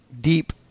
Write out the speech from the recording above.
deep